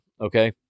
okay